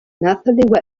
nathalie